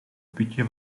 putje